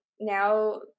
now